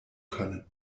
können